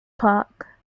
park